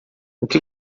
que